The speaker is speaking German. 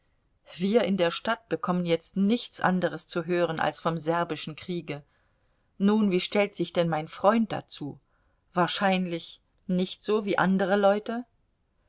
wir in der stadt bekommen jetzt nichts anderes zu hören als vom serbischen kriege nun wie stellt sich denn mein freund dazu wahrscheinlich nicht so wie andere leute